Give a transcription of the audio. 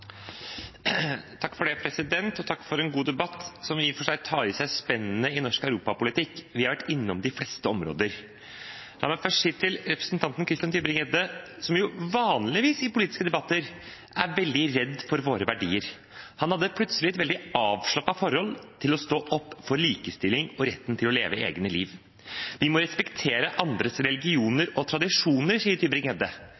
Takk for en god debatt, som i og for seg tar inn i seg spennet i norsk europapolitikk. Vi har vært innom de fleste områder. Først til representanten Christian Tybring-Gjedde, som jo vanligvis i politiske debatter er veldig redd for våre verdier: Han hadde plutselig et veldig avslappet forhold til å stå opp for likestilling og retten til å leve sitt eget liv. Vi må respektere andres